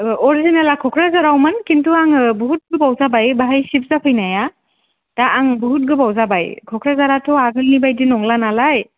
अरिजिनला क'क्राझारावमोन किन्तु आंङो बहुत गोबाव जाबाय बेहाय शिफ्ट जाफैनाया दा आं बहुत गोबाव जाबाय क'क्राझाराथ आगोलनि बायदि नंला नालाय